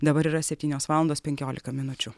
dabar yra septynios valandos penkiolika minučių